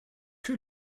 que